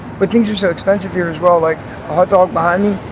but things are so expensive here as well, like a hot dog behind me,